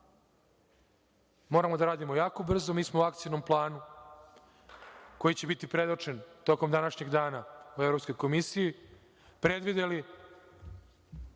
moramo da radimo jako brzo. Mi smo u Akcionom planu, koji će biti predočen tokom današnjeg dana, u Evropskoj komisiji predvideli